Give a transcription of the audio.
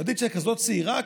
לא ידעתי שאת כזאת צעירה,